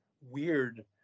weird